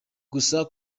gusa